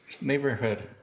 neighborhood